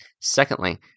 Secondly